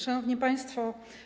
Szanowni Państwo!